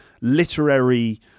literary